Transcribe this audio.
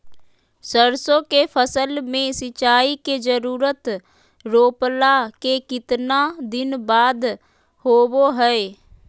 सरसों के फसल में सिंचाई के जरूरत रोपला के कितना दिन बाद होबो हय?